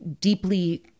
deeply